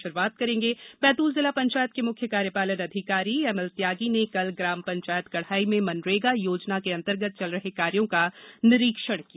ः बैतुल जिला पंचायत के मुख्य कार्यपालन अधिकारी एमएल त्यागी ने कल ग्राम पंचायत कढ़ाई में मनरेगा योजना अंतर्गत चल रहे कार्यों का निरीक्षण किया